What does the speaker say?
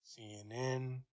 CNN